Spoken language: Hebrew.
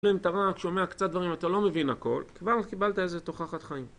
אם אתה רק, שומע קצת דברים, אתה לא מבין הכל, כבר קיבלת איזו תוכחת חיים.